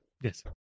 yes